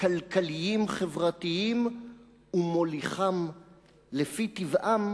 הכלכליים-חברתיים ומוליכם לפי טבעם,